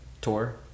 tour